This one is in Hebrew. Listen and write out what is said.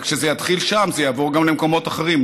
וכשזה יתחיל שם זה יעבור גם למקומות אחרים,